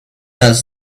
does